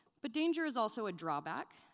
but danger is also a drawback.